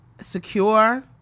secure